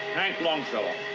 hank longfellow.